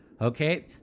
Okay